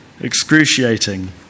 Excruciating